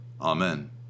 amen